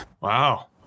Wow